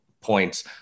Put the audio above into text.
points